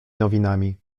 nowinami